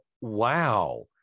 wow